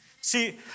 See